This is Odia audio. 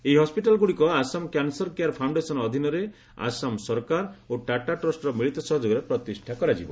ଏହି ହସ୍ପିଟାଲଗୁଡ଼ିକ ଆସାମ କ୍ୟାନସର କେୟାର ଫାଉଣ୍ଡେସନ୍ ଅଧୀନରେ ଆସାମ ସରକାର ଓ ଟାଟା ଟ୍ରଷ୍ଟର ମିଳିତ ସହଯୋଗରେ ପ୍ରତିଷ୍ଠା କରାଯିବ